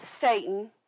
Satan